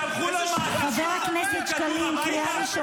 שלחו לו מעטפה עם כדור הביתה?